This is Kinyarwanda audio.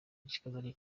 kikazajya